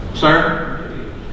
Sir